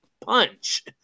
punch